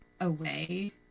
away